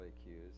accused